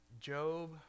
Job